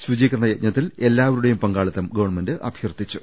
ശുചീകരണ യജ്ഞത്തിൽ എല്ലാവരുടെയും പങ്കാളിത്തം ഗവൺമെന്റ് അഭ്യർത്ഥിച്ചു